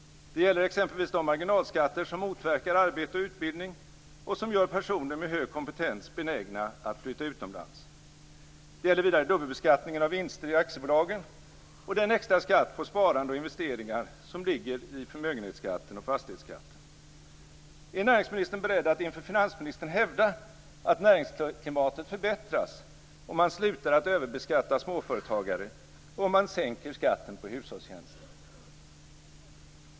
Det gäller exempelvis de marginalskatter som motverkar arbete och utbildning och som gör personer med hög kompetens benägna att flytta utomlands. Det gäller vidare dubbelbeskattningen av vinster i aktiebolagen och den extra skatt på sparande och investeringar som ligger i förmögenhetsskatten och fastighetsskatten. Är näringsministern beredd att inför finansministern hävda att näringsklimatet förbättras, om man slutar att överbeskatta småföretagare och om man sänker skatten på hushållstjänster?